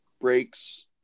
breaks